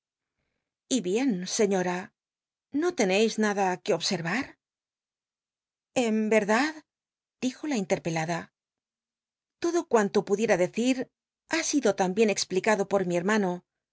y bien señora no tencis nada que observar en erdad respondió la interpelada todo a decir ha sido también explicado por mi hermano